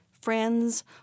Friends